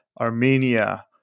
Armenia